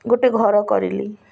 ଗୋଟେ ଘର କରିଲି